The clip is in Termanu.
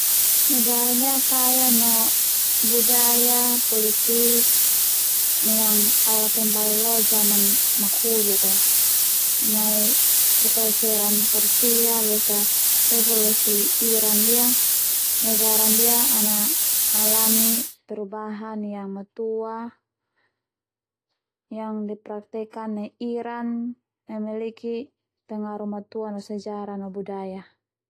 Negara ndia kaya no budaya politik yang ala kembali lo jaman makhuluk a nai kekaiseran persia losa revolusi Iran ndia negara ndia ana alami perubahan yang matua yang dipraktekkan nai Iran memiliki pengaruh matua sejarah no negara.